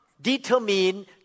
determine